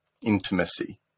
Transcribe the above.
intimacy